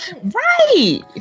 Right